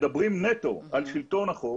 מדברים נטו על שלטון החוק